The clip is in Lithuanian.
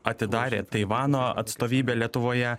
atidarė taivano atstovybę lietuvoje